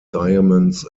diamonds